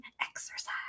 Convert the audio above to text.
exercise